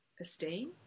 esteem